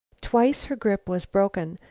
twice her grip was broken,